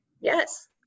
Yes